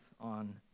on